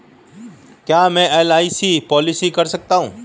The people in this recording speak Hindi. क्या मैं एल.आई.सी पॉलिसी कर सकता हूं?